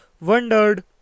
wondered